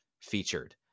featured